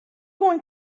going